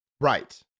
Right